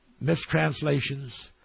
mistranslations